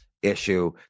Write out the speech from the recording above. issue